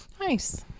Nice